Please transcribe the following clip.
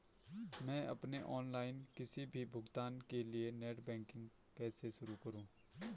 मैं अपने ऑनलाइन किसी भी भुगतान के लिए नेट बैंकिंग कैसे शुरु करूँ?